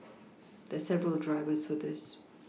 there are several drivers for this